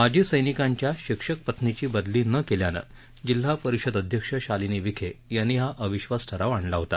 माजी सैनिकाच्या शिक्षक पत्नीची बदली न केल्यानं जिल्हा परिषद अध्यक्ष शालिनी विखे यांनी हा अविश्वास ठराव आणला होता